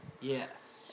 Yes